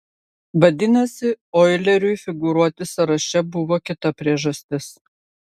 vadinasi oileriui figūruoti sąraše buvo kita priežastis